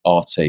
RT